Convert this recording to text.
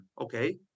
okay